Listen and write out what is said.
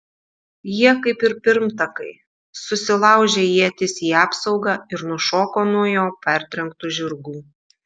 jie kaip ir pirmtakai susilaužė ietis į apsaugą ir nušoko nuo jo partrenktų žirgų